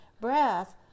breath